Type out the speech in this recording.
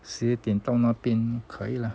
十一点到那边可以了